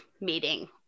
meeting